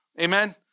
Amen